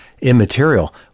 immaterial